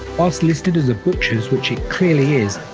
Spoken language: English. whilst listed as a butcher's, which it clearly is,